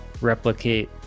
replicate